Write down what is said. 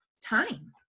time